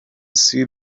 see